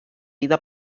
vida